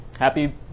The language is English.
happy